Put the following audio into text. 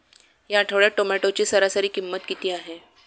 या आठवड्यात टोमॅटोची सरासरी किंमत किती आहे?